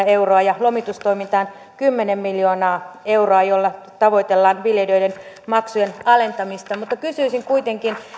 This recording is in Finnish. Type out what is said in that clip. euroa ja lomitustoimintaan kymmenen miljoonaa euroa jolla tavoitellaan viljelijöiden maksujen alentamista mutta kysyisin kuitenkin